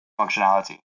functionality